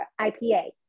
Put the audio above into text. IPA